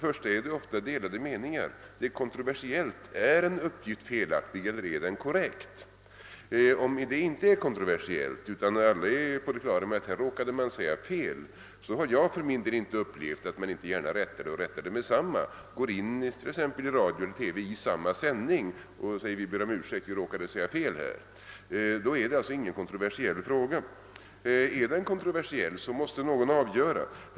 Ofta råder det delade meningar om huruvida en upp gift är felaktig eller korrekt. Om det inte är en kontroversiell fråga, utan vederbörande är på det klara med att han råkat säga fel, har jag för min del den erfarenheten att han gärna omedelbart rättar uppgiften. I radio/TV går han t.ex. in i samma sändning och säger: »Vi ber om ursäkt, vi råkade läsa fel.» Då är det alltså ingen kontroversiell fråga. är den det måste någon avgöra den.